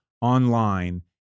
online